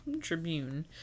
Tribune